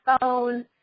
phone